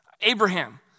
Abraham